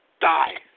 die